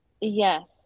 yes